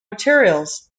materials